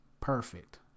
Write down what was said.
perfect